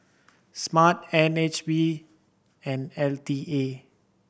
SMRT N H B and L T A